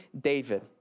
David